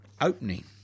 opening